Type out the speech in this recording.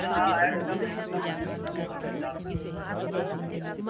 ہاں ہاں ایک دم ایک دم ایک دم ساڑھے چار بجے ادھر سے لوٹ ہی جانا